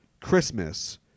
Christmas